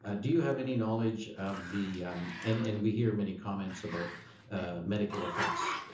ah do you have any knowledge of the and and we hear many comments about medical effects.